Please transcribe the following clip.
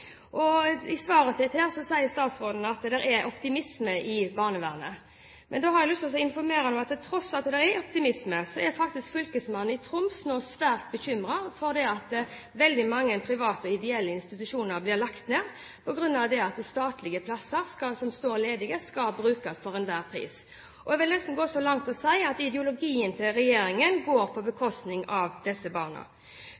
I svaret sitt sier statsråden at det er optimisme i barnevernet, men da har jeg lyst til å informere om at til tross for at det er optimisme, er fylkesmannen i Troms nå svært bekymret fordi veldig mange private ideelle institusjoner blir lagt ned på grunn av at statlige plasser som står ledige, skal brukes for enhver pris. Jeg vil nesten gå så langt som til å si at ideologien til regjeringen går på